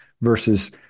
versus